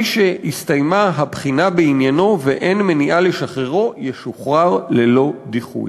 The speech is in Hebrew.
מי שהסתיימה הבחינה בעניינו ואין מניעה לשחררו ישוחרר ללא דיחוי.